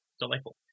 delightful